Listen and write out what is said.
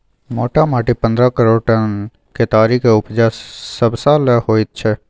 मोटामोटी पन्द्रह करोड़ टन केतारीक उपजा सबसाल होइत छै